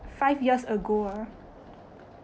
five years ago ah